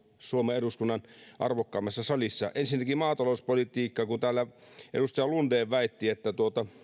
suomen eduskunnan arvokkaimmassa salissa ensinnäkin maatalouspolitiikka täällä edustaja lunden väitti että